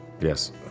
Yes